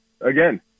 again